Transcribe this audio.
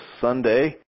Sunday